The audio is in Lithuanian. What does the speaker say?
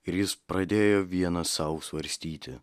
ir jis pradėjo vienas sau svarstyti